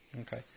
Okay